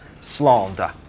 slander